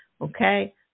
Okay